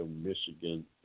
Michigan